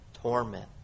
torment